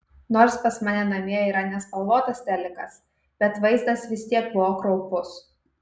nors pas mane namie yra nespalvotas telikas bet vaizdas vis tiek buvo kraupus